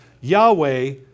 Yahweh